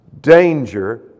danger